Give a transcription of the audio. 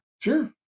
Sure